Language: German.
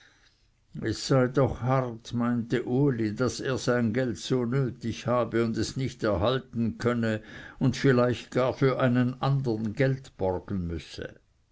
es sei doch hart meinte uli daß er sein geld so nötig habe und es nicht erhalten könne und vielleicht gar für einen andern geld borgen müsse